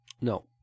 No